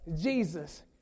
Jesus